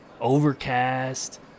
Overcast